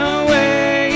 away